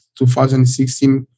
2016